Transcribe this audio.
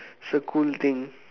it's a cool thing